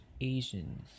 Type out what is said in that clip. Asians